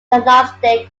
agnostic